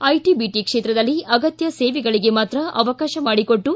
IT BT ಕ್ಷೇತ್ರದಲ್ಲಿ ಅಗತ್ಯ ಸೇವೆಗಳಗೆ ಮಾತ್ರ ಅವಕಾಶ ಮಾಡಿಕೊಟ್ಟು